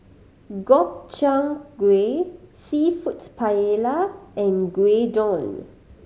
Gobchang Gui Seafood Paella and Gyudon